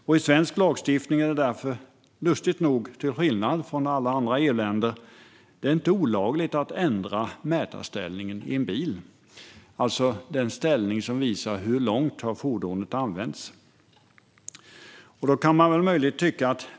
I svensk lagstiftning är det därför, lustigt nog till skillnad från alla andra EU-länder, inte olagligt att ändra mätarställningen i en bil, det vill säga den ställning som visar hur långt ett fordon har gått.